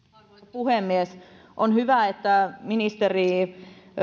puhemies on hyvä että ministeri